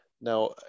Now